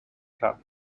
club